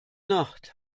nacht